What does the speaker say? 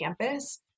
campus